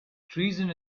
treason